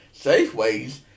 Safeways